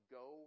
go